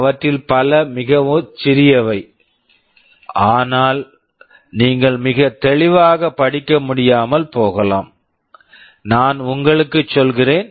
அவற்றில் பல மிகச் சிறியவை நீங்கள் மிகத் தெளிவாகப் படிக்க முடியாமல் போகலாம் ஆனால் நான் உங்களுக்குச் சொல்கிறேன்